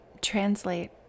translate